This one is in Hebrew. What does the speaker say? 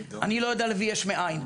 אני לא יודע להביא יש מאין,